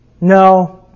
no